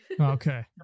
Okay